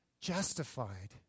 justified